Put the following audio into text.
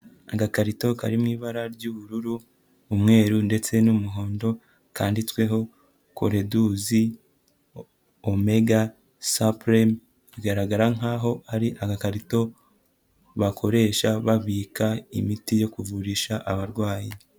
Agakarito kari mu ibara ry'ubururu, umweru ndetse n'umuhondo, kanditsweho Choleduz Omega Supreme. Bigaragara nkaho ari agakarito bakoresha babika imiti yo kuvurisha abarwayi.